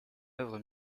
œuvre